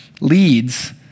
leads